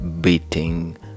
beating